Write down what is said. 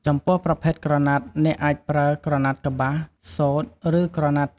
ចំពោះប្រភេទក្រណាត់ អ្នកអាចប្រើ ក្រណាត់កប្បាស សូត្រ ឬ ក្រណាត់ចាស់ៗដែលនៅស្អាត ដើម្បីវេចខ្ចប់កាដូររបស់អ្នក។